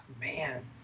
man